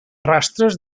rastres